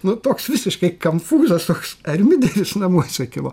nu toks visiškai kanfūzas toks ermideris namuose kilo